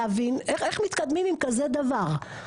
להבין איך מתקדמים עם כזה דבר?